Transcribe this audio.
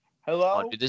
hello